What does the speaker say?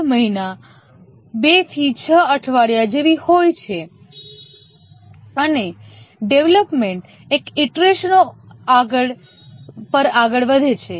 5 મહિના 2 થી 6 અઠવાડિયા જેવી હોય છે અને ડેવલપમેન્ટ અનેક ઇટરેશનો પર આગળ વધે છે